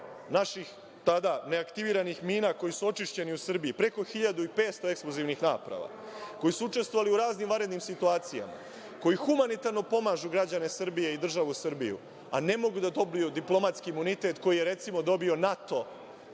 naših tada neaktiviranih mina koje su očišćene u Srbiji, preko 1.500 eksplozivnih naprava, koji su učestvovali u raznim vanrednim situacijama, koji humanitarno pomažu građane Srbije i državu Srbiju, ne mogu da dobiju diplomatski imunitet koji je, recimo, dobio NATO,